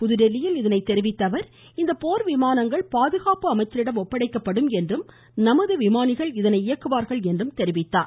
புதுதில்லியில் இதனை தெரிவித்த அவர் இந்த போர் விமானங்கள் பாதுகாப்பு அமைச்சரிடம் ஒப்படைக்கப்படும் என்றும் நமது விமானிகள் இதனை இயக்குவார்கள் என்றும் குறிப்பிட்டார்